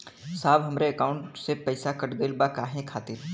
साहब हमरे एकाउंट से पैसाकट गईल बा काहे खातिर?